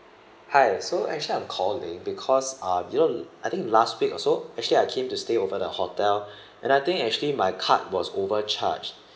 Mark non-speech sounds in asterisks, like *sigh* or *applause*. hi so actually I'm calling because uh you know I think last week also actually I came to stay over the hotel *breath* and I think actually my card was overcharged *breath*